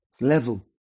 level